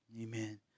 amen